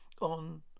on